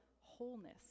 wholeness